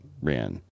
ran